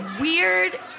weird